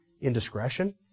indiscretion